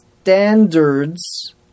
standards